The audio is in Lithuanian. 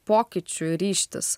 pokyčiu ryžtis